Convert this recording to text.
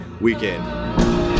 weekend